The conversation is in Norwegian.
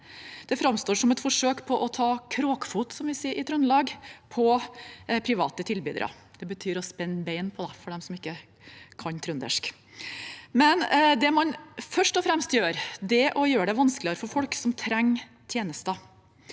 Det framstår som et forsøk på å ta kråkefot – som vi sier i Trøndelag – på private tilbydere. Det betyr å spenne bein på, for dem som ikke kan trøndersk. Det man først og fremst gjør, er å gjøre det vanskeligere for folk som trenger tjenester.